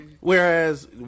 Whereas